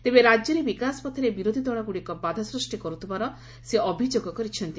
ତେବେ ରାଜ୍ୟରେ ବିକାଶ ପଥରେ ବିରୋଧୀ ଦଳଗୁଡ଼ିକ ବାଧା ସୃଷ୍ଟି କରୁଥିବାର ସେ ଅଭିଯୋଗ କରିଛନ୍ତି